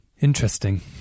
Interesting